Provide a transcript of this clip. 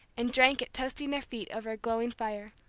and drank it toasting their feet over a glowing fire.